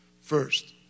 First